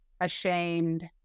ashamed